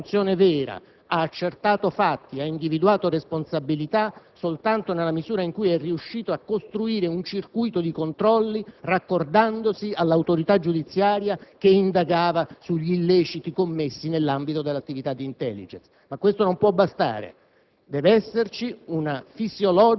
Il Comitato parlamentare di controllo in questi anni ha svolto una funzione vera, ha accertato fatti, ha individuato responsabilità, soltanto nella misura in cui è riuscito a costruire un circuito di controlli raccordandosi all'autorità giudiziaria che indagava sugli illeciti commessi nell'ambito della attività di *intelligence*; ma ciò non può bastare,